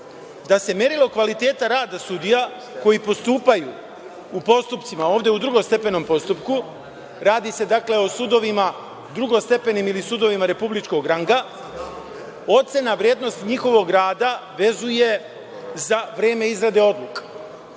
da se merilo kvaliteta rada sudija koji postupaju u postupcima, ovde u drugostepenom postupku, radi se, dakle, o sudovima drugostepenim ili sudovima republičkog ranga, ocena, vrednost njihovog rada vezuje za vreme izrade odluka.